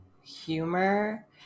humor